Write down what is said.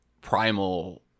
primal